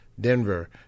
Denver